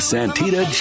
Santita